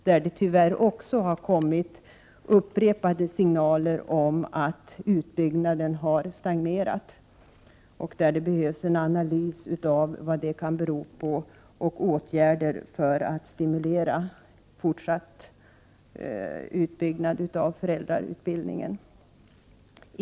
Det har tyvärr också när det gäller föräldrautbildningen kommit upprepade signaler om att utbyggnaden har stagnerat. Det behövs en analys av vad detta kan bero på och åtgärder för att stimulera en fortsatt utbyggnad av föräldrautbildningen.